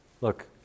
look